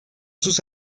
sus